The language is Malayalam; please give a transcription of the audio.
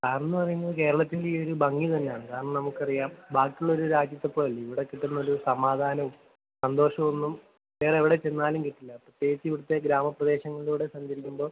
അതെന്നുപറയുമ്പോൾ കേരളത്തിൻറെ ഈയൊരു ഭംഗി തന്നെയാണ് കാരണം നമുക്കറിയാം ബാക്കിയുള്ള ഒരു രാജ്യത്തെപ്പോലെയല്ല ഇവിടെക്കിട്ടുന്നൊരു സമാധാനവും സന്തോഷവുമൊന്നും വേറെ എവിടെച്ചെന്നാലും കിട്ടില്ല പ്രത്യേകിച്ചിവിടുത്തെ ഗ്രാമപ്രദേശങ്ങളിലൂടെ സഞ്ചരിക്കുമ്പോൾ